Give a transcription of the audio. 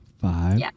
five